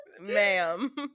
ma'am